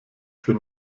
für